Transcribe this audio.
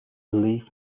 leave